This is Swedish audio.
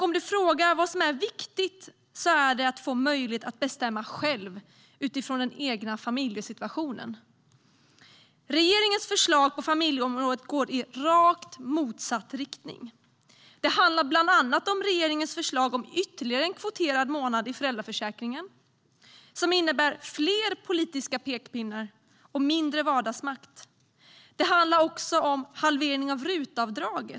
Om du frågar vad som är viktigt är det att få möjlighet att bestämma själv med utgångspunkt i den egna familjesituationen. Regeringens förslag på familjeområdet går i rakt motsatt riktning. Det handlar bland annat om regeringens förslag om ytterligare en kvoterad månad i föräldraförsäkringen, som innebär fler politiska pekpinnar och mindre vardagsmakt. Det handlar också om halvering av RUT-avdraget.